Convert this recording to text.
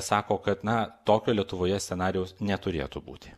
sako kad na tokio lietuvoje scenarijaus neturėtų būti